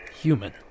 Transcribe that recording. human